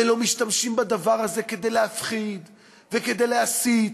ולא משתמשים בדבר הזה כדי להפחיד וכדי להסית,